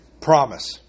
promise